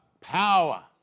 power